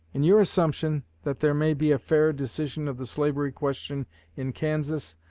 in your assumption that there may be a fair decision of the slavery question in kansas,